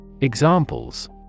Examples